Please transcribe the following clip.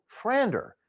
Frander